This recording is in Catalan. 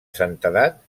santedat